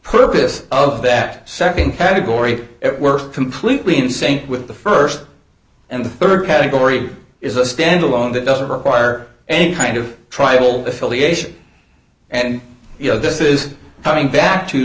purpose of that nd category at work completely insane with the st and the rd category is a standalone that doesn't require any kind of tribal affiliation and you know this is coming back to